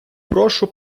прошу